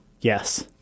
Yes